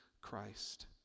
Christ